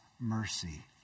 mercy